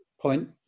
point